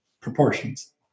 proportions